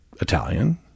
Italian